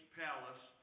palace